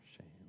shame